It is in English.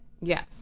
Yes